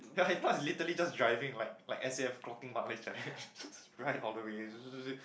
ya if not literally just driving like like S_A_F clocking mileage like that right all the way